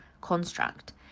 construct